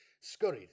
scurried